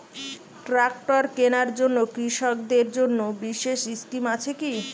Tractor কেনার জন্য কৃষকদের জন্য বিশেষ স্কিম আছে কি?